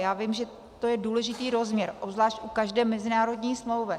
Já vím, že to je důležitý rozměr, obzvlášť u každé mezinárodní smlouvy.